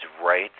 right